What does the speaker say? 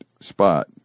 spot